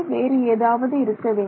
வேறு ஏதாவது இருக்க வேண்டும்